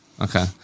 Okay